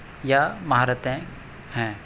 یا مہارتیں ہیں